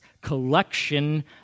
collection